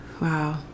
Wow